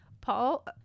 Paul